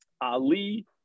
Ali